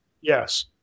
Yes